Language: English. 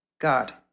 God